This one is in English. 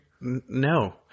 No